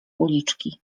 uliczki